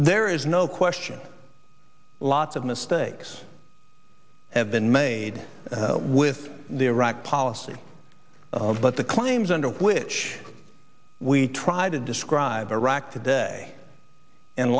there is no question lots of mistakes have been made with the iraq policy but the claims under which we tried to describe iraq today in